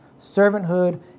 servanthood